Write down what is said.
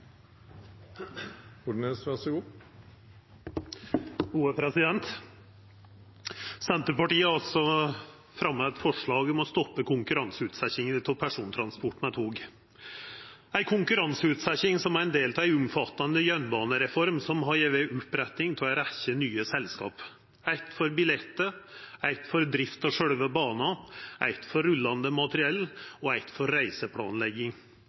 man er så imot alt av konkurranse, skulle jeg ønske at Arbeiderpartiet kunne synliggjøre løsningene. Men det er for mye forlangt, for det har man enda ikke svart på. Senterpartiet har altså fremja eit forslag om å stoppa konkurranseutsetjinga av persontransport med tog, ei konkurranseutsetjing som er ein del av ei omfattande jernbanereform som har gjeve oppretting av ei rekkje nye selskap: eitt for